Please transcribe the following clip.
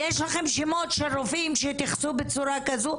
יש לכם שמות של רופאים שהתייחסו בצורה כזו,